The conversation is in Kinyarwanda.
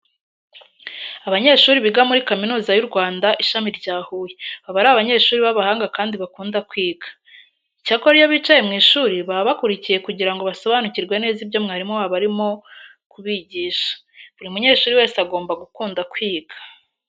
Abanyeshuri biga muri Kaminuza y'u Rwanda, Ishami rya Huye baba ari abanyeshuri b'abahanga kandi bakunda kwiga. Icyakora iyo bicaye mu ishuri baba bakurikiye kugira ngo basobanukirwe neza ibyo mwarimu wabo aba arimo kubigisha. Buri munyeshuri wese agomba gukunda kwiga.